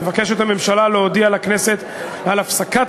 מבקשת הממשלה להודיע לכנסת על הפסקת